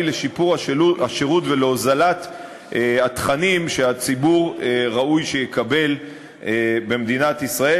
לשיפור השירות ולהוזלת התכנים שהציבור ראוי שיקבל במדינת ישראל.